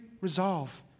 resolve